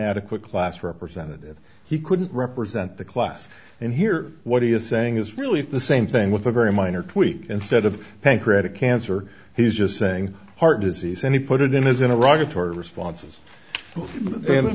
adequate class representative he couldn't represent the class and hear what he is saying is really the same thing with a very minor tweak instead of pancreatic cancer he's just saying heart disease and he put it in his in a rather toward responses